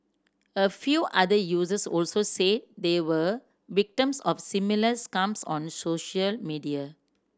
a few other users also said they were victims of similar scams on social media